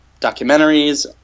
documentaries